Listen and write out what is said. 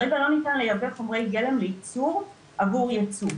כרגע לא ניתן לייבא חומרי גלם לייצור עבור ייצוא,